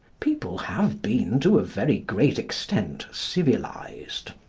people have been to a very great extent civilised.